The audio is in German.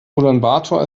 ulaanbaatar